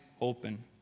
open